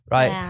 Right